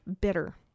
bitter